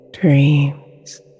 Dreams